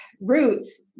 roots